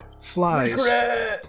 flies